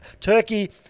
Turkey